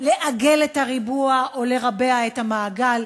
לעגל את הריבוע או לרבע את המעגל.